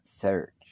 search